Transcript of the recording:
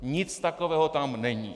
Nic takového tam není.